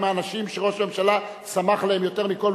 מה זה משנה בכלל?